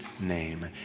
name